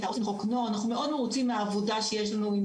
העו"סים לחוק נוער מאוד מרוצים מהעבודה שיש לנו עם